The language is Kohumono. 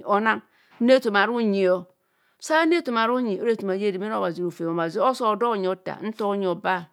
avaana ono dudu saanu ethoma runyi obhazi oso oda onyi othaar nta onyi oba